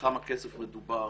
בכמה כסף מדובר,